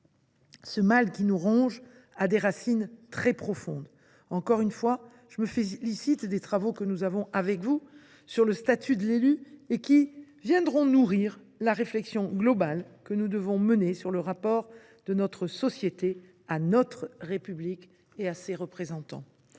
Ce mal qui nous ronge a des racines plus profondes. Encore une fois, je me félicite des travaux que nous menons avec vous sur le statut de l’élu ; ils viendront nourrir la réflexion globale que nous devons mener sur le rapport de notre société à la République et à ses représentants.